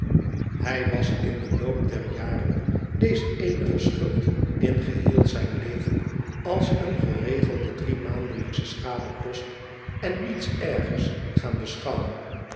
hij was in den loop der jaren deze eenige schuld in geheel zijn leven als een geregelden driemaandelijkschen schadepost en niets ergers gaan beschouwen